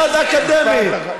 איך יכול לפעול מוסד אקדמי,